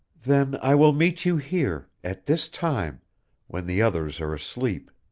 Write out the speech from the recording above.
then i will meet you here at this time when the others are asleep.